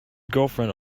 girlfriend